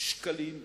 שקלים ישראלים,